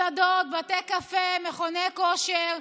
מסעדות, בתי קפה, מכוני כושר,